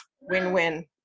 win-win